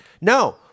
no